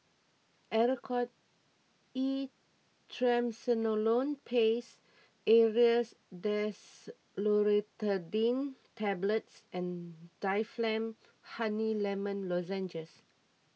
Oracort E Triamcinolone Paste Aerius DesloratadineTablets and Difflam Honey Lemon Lozenges